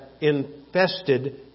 infested